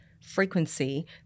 frequency